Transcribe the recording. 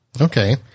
Okay